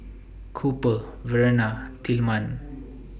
Cooper Verena and Tillman